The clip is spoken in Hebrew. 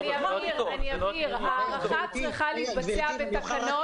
אני אבהיר: ההארכה צריכה להתבצע בתקנות